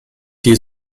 die